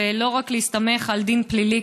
ולא להסתמך רק על הדין הפלילי,